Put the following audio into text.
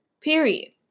period